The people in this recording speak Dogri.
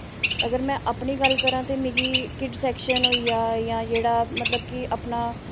अगर में अपनी गल्ल करांऽ ते मिगी किड सैक्शन होई गेआ जां जेह्ड़ा अपना